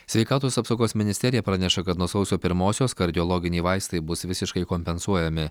sveikatos apsaugos ministerija praneša kad nuo sausio pirmosios kardiologiniai vaistai bus visiškai kompensuojami